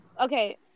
Okay